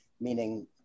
meaning